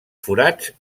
forats